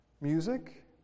Music